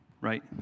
right